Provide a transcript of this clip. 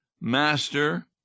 Master